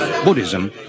Buddhism